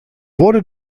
wurde